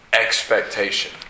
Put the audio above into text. expectation